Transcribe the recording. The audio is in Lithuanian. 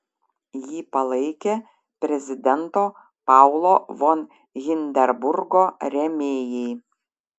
jį palaikė prezidento paulo von hindenburgo rėmėjai